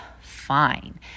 fine